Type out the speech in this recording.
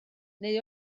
neu